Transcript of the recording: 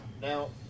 Now